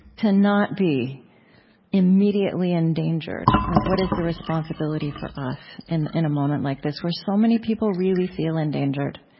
to not be immediately endangered like what is the responsibility for us in in a moment like this, where so many people really feel endangered?